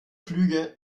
flüge